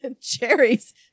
Cherries